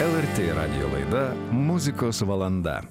el er tė radijo laida muzikos valanda